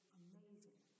amazing